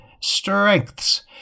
Strengths